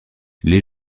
les